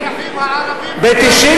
אתה פוסל את האזרחים הערבים.